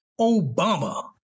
Obama